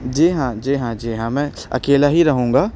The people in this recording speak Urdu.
جی ہاں جی ہاں جی ہاں میں اکیلا ہی رہوں گا